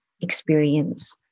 experience